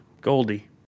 Goldie